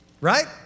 Right